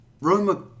Roma